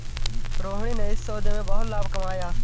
रोहिणी ने इस सौदे में बहुत लाभ कमाया